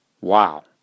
Wow